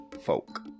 folk